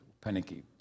panicky